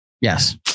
Yes